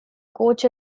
coach